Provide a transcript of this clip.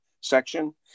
section